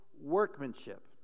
workmanship